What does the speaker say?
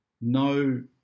no